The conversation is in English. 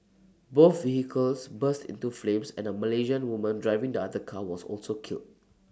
both vehicles burst into flames and A Malaysian woman driving the other car was also killed